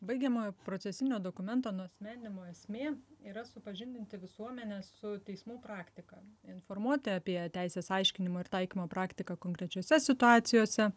baigiamojo procesinio dokumento nuasmeninimo esmė yra supažindinti visuomenę su teismų praktika informuoti apie teisės aiškinimo ir taikymo praktiką konkrečiose situacijose